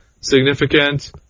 significant